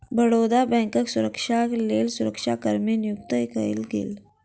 बड़ौदा बैंकक सुरक्षाक लेल सुरक्षा कर्मी नियुक्त कएल गेल